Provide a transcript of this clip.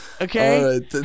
Okay